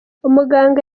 umuganga